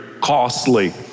costly